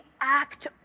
act